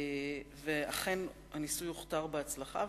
ואכן הניסוי הוכתר בהצלחה.